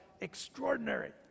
Extraordinary